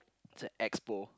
it's at Expo